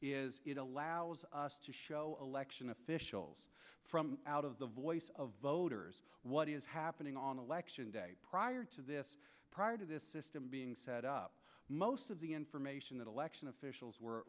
is it allows us to show election officials from out of the voice of voters what is happening on election day prior to this prior to this system being set up most of the information that election officials were